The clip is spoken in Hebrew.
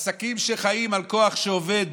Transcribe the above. עסקים שחיים על כוח עבודה